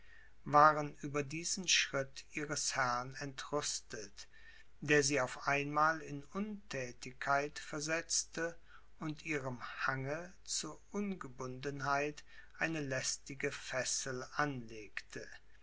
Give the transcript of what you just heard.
waren über diesen schritt ihres herrn entrüstet der sie auf einmal in unthätigkeit versetzte und ihrem hange zur ungebundenheit eine lästige fessel anlegte